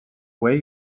way